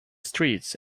streets